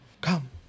Come